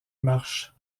marches